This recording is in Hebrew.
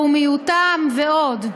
לאומיותם ועוד.